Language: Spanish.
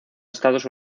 estados